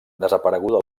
desapareguda